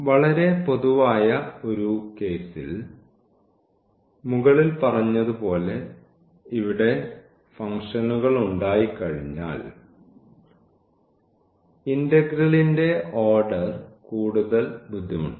വളരെ പൊതുവായ ഒരു കേസിൽ മുകളിൽ പറഞ്ഞതുപോലെ ഇവിടെ ഫംഗ്ഷനുകൾ ഉണ്ടായിക്കഴിഞ്ഞാൽ ഇന്റഗ്രേലിന്റെ ഓർഡർ കൂടുതൽ ബുദ്ധിമുട്ടാണ്